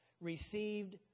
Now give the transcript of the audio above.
received